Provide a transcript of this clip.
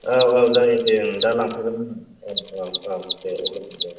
औ औ जागोन दे दा लांफैबानो जाबाय औ औ औ दे औ जाबाय दे